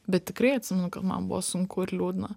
bet tikrai atsimenu kad man buvo sunku ir liūdna